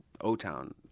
O-Town